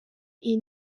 iyi